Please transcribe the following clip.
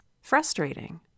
frustrating